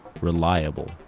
reliable